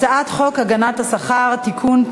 הצעת חוק הגנת השכר (תיקון,